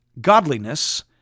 godliness